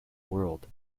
world